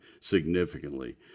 significantly